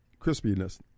crispiness